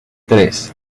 tres